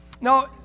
Now